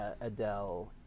Adele